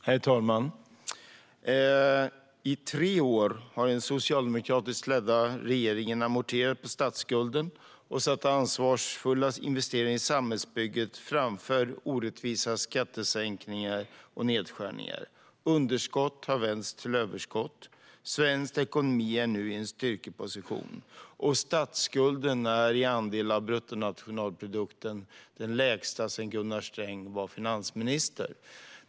Herr talman! I tre år har den socialdemokratiskt ledda regeringen amorterat på statsskulden och satt ansvarsfulla investeringar i samhällsbygget framför orättvisa skattesänkningar och nedskärningar. Underskott har vänts till överskott, svensk ekonomi är nu i en styrkeposition och statsskulden är i andel av bruttonationalprodukten den lägsta sedan Gunnar Sträng var finansminister.